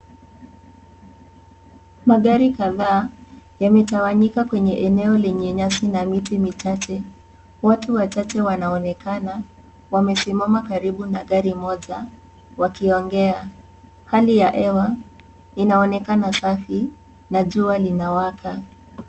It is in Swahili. Magari kadhaa yametawanyika kwenye eneo lenye nyasi na miti michache. Watu wachache wanaonekana wamesimama karibu na gari moja wakiongea. Hali ya hewa inaonekana safi na jua linawaka.